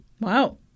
Wow